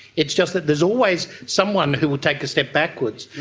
it's just that there's always someone who will take a step backwards,